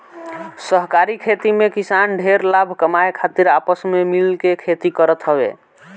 सहकारी खेती में किसान ढेर लाभ कमाए खातिर आपस में मिल के खेती करत हवे